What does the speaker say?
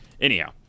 anyhow